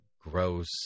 gross